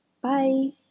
Bye